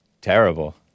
Terrible